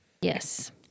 Yes